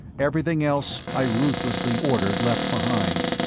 everything else i ruthlessly ordered left behind.